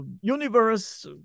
universe